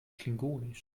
klingonisch